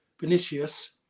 Vinicius